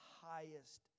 highest